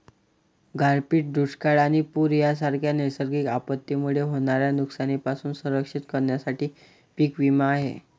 गारपीट, दुष्काळ आणि पूर यांसारख्या नैसर्गिक आपत्तींमुळे होणाऱ्या नुकसानीपासून संरक्षण करण्यासाठी पीक विमा आहे